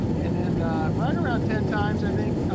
and then right around ten times, i think,